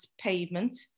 pavement